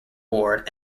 ward